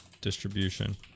distribution